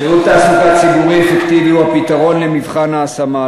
שירות תעסוקה ציבורי אפקטיבי הוא הפתרון למבחן ההשמה.